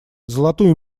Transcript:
золотую